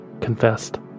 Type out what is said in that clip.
confessed